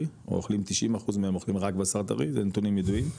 או אוכלים 90% מהם אוכלים רק בשר טרי זה נתונים ידועים,